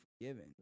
forgiven